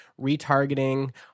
retargeting